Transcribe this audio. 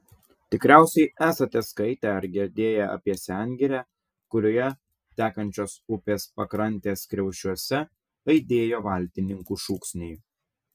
tikriausiai esate skaitę ar girdėję apie sengirę kurioje tekančios upės pakrantės kriaušiuose aidėjo valtininkų šūksniai